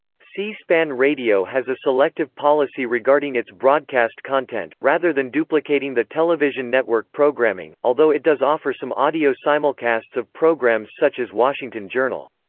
c-span radio has a selective policy regarding its broadcast content, rather than duplicating the television network programming, although it does offer some audio simulcasts of programs such as washington journal.